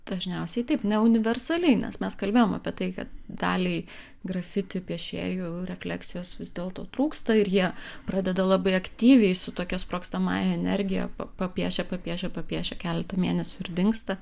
dažniausiai taip ne universaliai nes mes kalbėjom apie tai kad daliai grafiti piešėjų refleksijos vis dėlto trūksta ir jie pradeda labai aktyviai su tokia sprogstamąja energija pa piešia piešia piešia keletą mėnesių ir dingsta